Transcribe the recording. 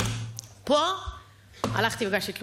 פה הלכתי והגשתי תלונה.